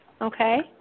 Okay